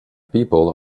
people